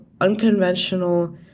unconventional